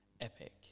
epic